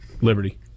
liberty